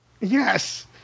Yes